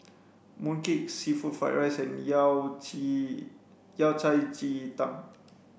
mooncake seafood fried rice and yao ji yao cai ji tang